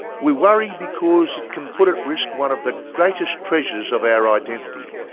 we worry because it can put at risk one of the greatest treasures of our identity,